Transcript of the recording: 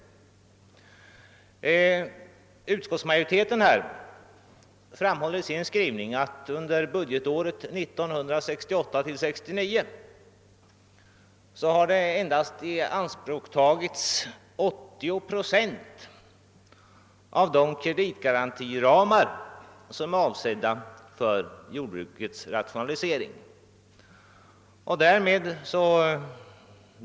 Utskottsmajoriteten framhåller i sin skrivning att under budgetåret 1968/69 endast 80 procent av kreditgarantiramarna för jordbrukets rationalisering har tagits i anspråk.